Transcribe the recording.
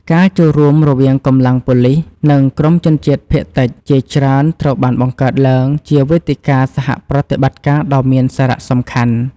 ការចូលរួមរវាងកម្លាំងប៉ូលិស និងក្រុមជនជាតិភាគតិចជាច្រើន ត្រូវបានបង្កើតឡើងជាវេទិកាសហប្រតិបត្តិការដ៏មានសារៈសំខាន់។